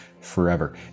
forever